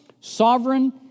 sovereign